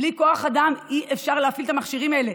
בלי כוח אדם אי-אפשר להפעיל את המכשירים האלה,